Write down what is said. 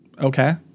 Okay